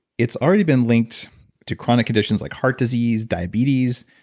it's already been linked to chronic conditions like heart disease, diabetes,